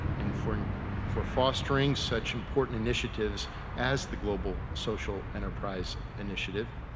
and for for fostering such important initiatives as the global social enterprise initiative.